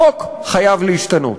החוק חייב להשתנות.